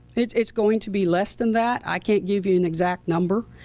it's it's going to be less than that. i can't give you an exact number.